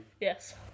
Yes